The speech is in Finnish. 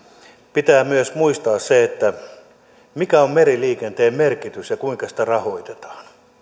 pitää myös muistaa se mikä on meriliikenteen merkitys ja kuinka sitä rahoitetaan